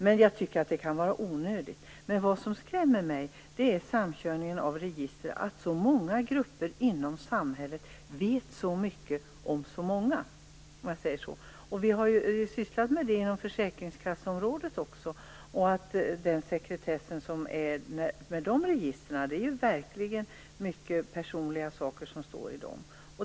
Men vad som skrämmer mig är samkörningen av register, att så många grupper inom samhället vet så mycket om så många. Vi har sysslat med den sekretess som gäller registren på försäkringskasseområdet. Det står verkligen mycket personliga saker i dem.